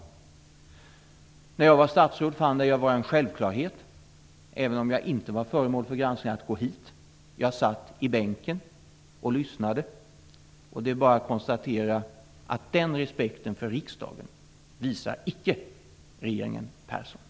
När jag var statsråd fann jag det vara en självklarhet, även om jag inte var föremål för granskning, att gå hit. Jag satt i bänken och lyssnade. Det är bara att konstatera att regeringen Persson icke visar den respekten för riksdagen.